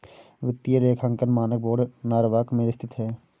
वित्तीय लेखांकन मानक बोर्ड नॉरवॉक में स्थित है